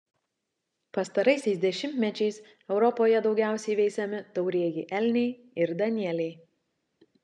pastaraisiais dešimtmečiais europoje daugiausiai veisiami taurieji elniai ir danieliai